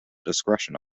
discretion